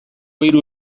hiru